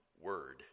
word